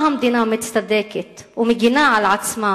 בשביל מה המדינה מצטדקת ומגינה על עצמה